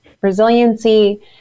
resiliency